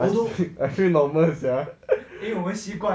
I feel I feel normal sia